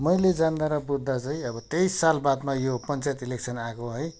मैले जान्दा र बुझ्दा चाहिँ अब तेइस साल बादमा यो पञ्चायत इलेक्सन आएको है